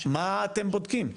מה אתם בודקים?